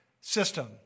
system